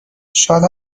شاد